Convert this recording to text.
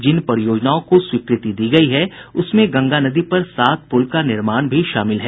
जिन परियोजनाओं को स्वीकृति दी गयी है उनमें गंगा नदी पर सात पुल का निर्माण भी शामिल है